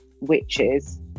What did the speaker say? witches